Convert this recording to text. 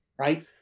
right